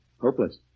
Hopeless